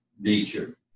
nature